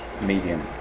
medium